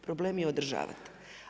Problem je održavati.